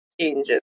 changes